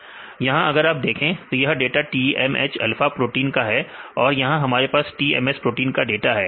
यहां अगर आप देखें तो यह डाटा TMH अल्फा प्रोटीन का है और यहां हमारे पास TMS प्रोटीन का डाटा है